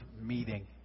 meeting